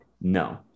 No